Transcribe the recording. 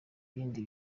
bindi